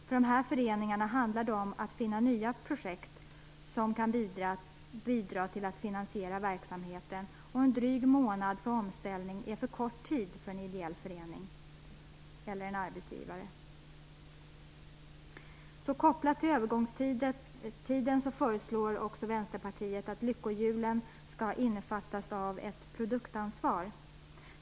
För dessa föreningar handlar det om att finna nya projekt som kan bidra till att finansiera verksamheten. En dryg månad för omställning är en alltför kort tid för en ideell förening eller en arbetsgivare. Kopplat till övergångstiden föreslår också Vänsterpartiet att lyckohjulen skall innefattas av produktansvar.